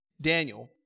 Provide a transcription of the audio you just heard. Daniel